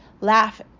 laugh